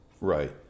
right